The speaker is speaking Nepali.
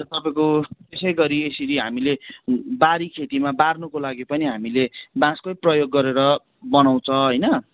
अनि त तपाईँको यसै गरी यसरी हामीले बारी खेतीमा बार्नुको लागि पनि हामीले बाँसकै प्रयोग गरेर बनाउँछ होइन